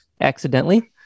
accidentally